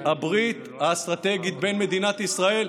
הברית האסטרטגית בין מדינת ישראל,